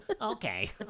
okay